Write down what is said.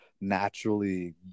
naturally